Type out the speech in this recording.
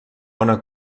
ona